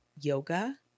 yoga